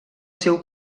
seu